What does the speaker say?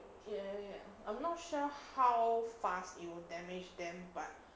ya ya ya I'm not sure how fast you will damage them but